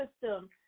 system